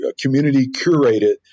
community-curated